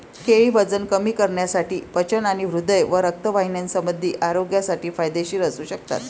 केळी वजन कमी करण्यासाठी, पचन आणि हृदय व रक्तवाहिन्यासंबंधी आरोग्यासाठी फायदेशीर असू शकतात